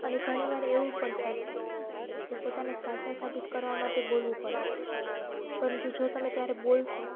અને ઘણી વાર એવું પણ થાય છે કે પોતાને સાચા સાબિત કરવા માટે બોલવું પડે છે પરંતુ જો તમે ત્યારે બોલશો